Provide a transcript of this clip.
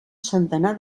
centenar